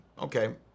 Okay